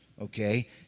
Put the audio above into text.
Okay